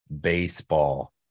baseball